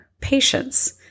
Patience